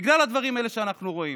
הדברים האלה שאנחנו רואים.